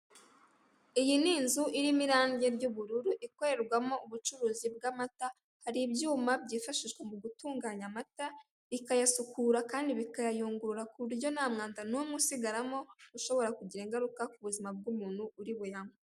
Iyi ni inzu irimo irange ry'ubururu ikorerwamo ubucuruzi bw'amata, hari ibyuma byifashishwa mu gutunganya amata bikayasukura kandi bikayayungurura ku buryo ntamwanda n'umwe usigaramo ushobora kugira ingaruka ku buzima bw'umuntu uri buyanywe.